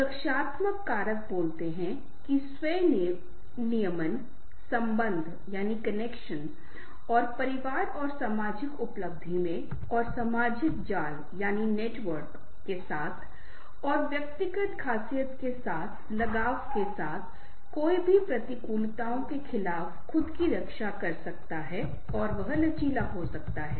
सुरक्षात्मक कारक बोलते हैं कि स्व नियमन संबंध कनेक्शन Connection और परिवार और सामाजिक उपलब्धि में और सामाजिक जाल नेटवर्क Network के साथ और व्यक्तित्व खासियतों के साथ लगाव के साथ कोई भी प्रतिकूलताओं के खिलाफ खुद की रक्षा कर सकता है तो वह लचीला हो जाएगा